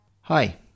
Hi